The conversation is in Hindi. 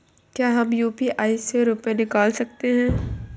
क्या हम यू.पी.आई से रुपये निकाल सकते हैं?